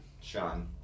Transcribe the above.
Sean